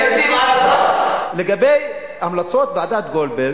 לגבי המלצות ועדת-גולדברג,